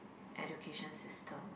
education system